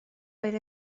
oedd